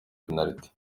penaliti